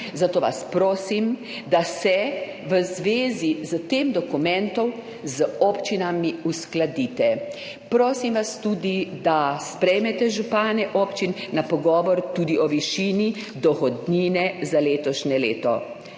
zato vas prosim, da se v zvezi s tem dokumentom z občinami uskladite. Prosim vas tudi, da sprejmete župane občin na pogovor tudi o višini dohodnine za letošnje leto.